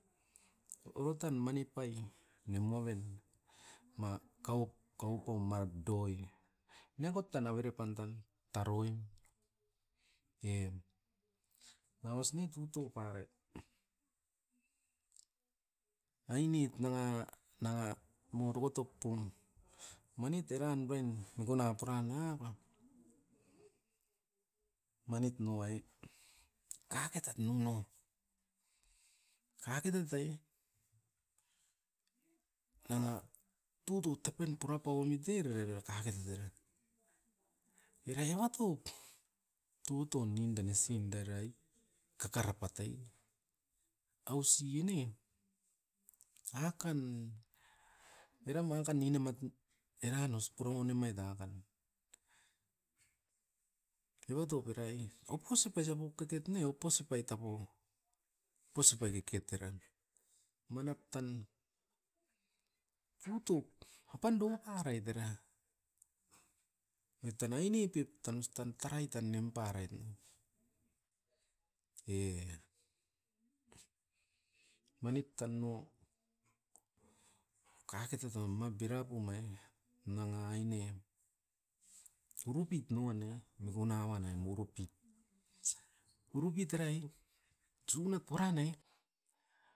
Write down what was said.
Oro tan mani pai, nimu aven ma kaup-kaupau madoi niakot tan avere pan tan taroim e. Nauas ne tutou paret, ainit nanga-nanga morokotop pun, manit era urain mikuna puran nia pan. Manit nuain kaketat nunom, kaketat ai ana tutut tepin purapau omit e era rai kaketat eran. Era evatop, tuton ninda nesin darai kakara pat'ai, ausi ne akan, oiram akan nin amat eranos pura ounim mait danga tan. Eva top era'i oposipai sapu keket ne oposipai tapo, oposipai keket eran. Manap tan, tutoup apando parait era oit tan aini pep tan ostan tarai tan nimparait ne, e manit tan no kaketat toun mau pirapum ai nanga aine. Urupit nua neia mikuna wan na urupit, urupit era'i tsunat puran ai,